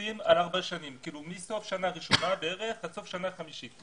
פרוסים על ארבע שנה מסוף שנה ראשונה עד סוף שנה חמישית.